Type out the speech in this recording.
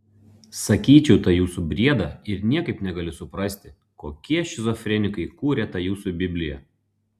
sakyčiau tą jūsų briedą ir niekaip negaliu suprasti kokie šizofrenikai kūrė tą jūsų bibliją